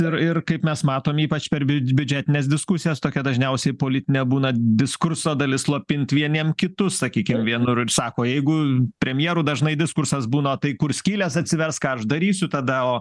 ir ir kaip mes matom ypač per biudžetines diskusijas tokia dažniausiai politinė būna diskurso dalis slopint vieniem kitus sakykim vienur ir sako jeigu premjerų dažnai diskursas būna tai kur skylės atsivers ką aš darysiu tada o